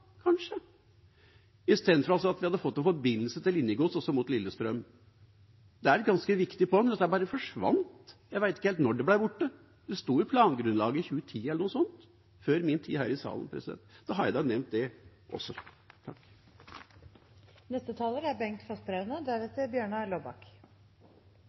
at vi får en forbindelse til linjegodsterminalen og mot Lillestrøm. Det er et ganske viktig poeng. Det bare forsvant. Jeg vet ikke helt når det ble borte. Det sto i plangrunnlaget i 2010 eller noe sånt, før min tid her i salen. Da har jeg nevnt det også. Det er